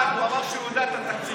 הוא אמר שהוא יודע את התקציב.